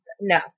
no